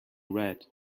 red